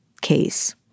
case